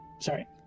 Sorry